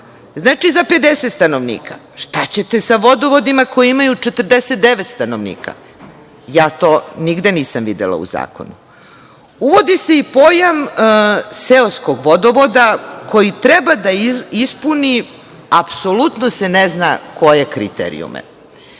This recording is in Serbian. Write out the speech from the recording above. Znači, za 50 stanovnika, šta će sa vodovodima koji imaju 49 stanovnika? Ja to nigde nisam videla u zakonu. Uvodi se i pojam seoskog vodovoda koji treba da ispuni apsolutno se ne zna koje kriterijume. Sve